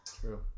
true